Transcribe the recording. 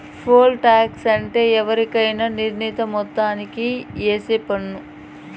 pole tax అంటే ఎవరికైనా నిర్ణీత మొత్తానికి ఏసే పన్ను